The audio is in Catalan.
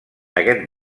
aquest